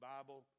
Bible